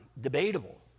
debatable